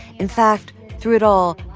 in fact, through it all,